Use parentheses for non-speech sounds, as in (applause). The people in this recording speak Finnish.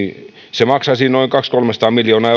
se maksaisi noin kaksisataa viiva kolmesataa miljoonaa (unintelligible)